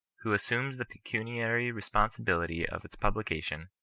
who assumes the pecuniary responsibility of its publica tion,